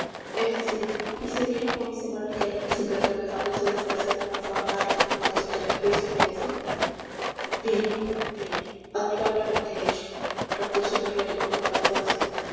es decir hice bien o hice mal en callar el secreto dejando a ese desgraciado en la orfandad lastimosa que a mi juicio merece bien bien admirablemente hecho repuso el clérigo con cansancio